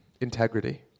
integrity